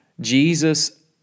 Jesus